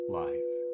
life